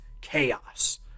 chaos